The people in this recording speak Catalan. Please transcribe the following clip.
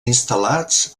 instal·lats